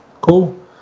Cool